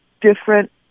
different